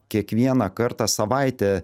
kiekvieną kartą savaitę